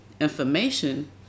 information